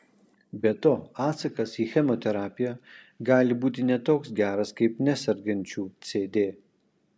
be to atsakas į chemoterapiją gali būti ne toks geras kaip nesergančių cd